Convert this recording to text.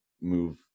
move